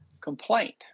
complaint